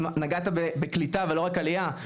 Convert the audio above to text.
נגעת בקליטה ולא רק עלייה,